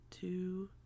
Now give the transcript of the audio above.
two